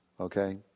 okay